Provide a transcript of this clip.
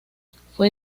fue